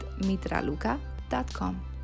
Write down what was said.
mitraluka.com